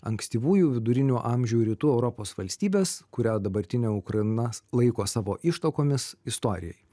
ankstyvųjų vidurinių amžių rytų europos valstybės kurią dabartinė ukraina laiko savo ištakomis istorijai